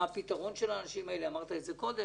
מה הפתרון של האנשים האלה אמרת את זה קודם.